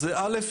אז א',